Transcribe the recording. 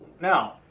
Now